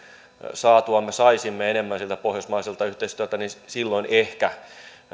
saatuamme saisimme enemmän siltä pohjoismaiselta yhteistyöltä niin silloin ehkä